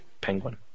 penguin